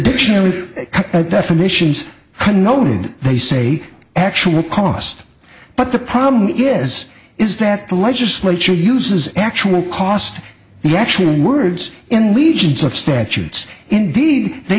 dictionary definitions can only and they say actual cost but the problem is is that the legislature uses actual cost the actual words in legions of statutes indeed they